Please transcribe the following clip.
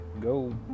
Go